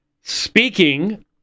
Speaking